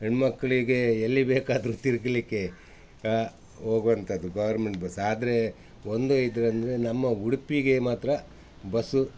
ಹೆಣ್ಣುಮಕ್ಳಿಗೆ ಎಲ್ಲಿ ಬೇಕಾದ್ರೂ ತಿರುಗ್ಲಿಕ್ಕೆ ಹಾಂ ಹೋಗುವಂಥದ್ದು ಗೌರ್ಮೆಂಟ್ ಬಸ್ ಆದರೆ ಒಂದು ಇದಂದ್ರೆ ನಮ್ಮ ಉಡುಪಿಗೆ ಮಾತ್ರ ಬಸ್ಸು